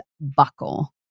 buckle